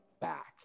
back